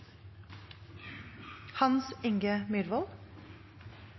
Hans Inge Myrvold